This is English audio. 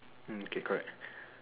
mm okay correct